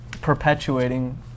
perpetuating